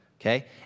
okay